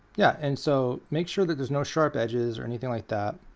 yeah and so make sure that there's no sharp edges or anything like that.